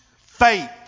faith